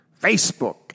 Facebook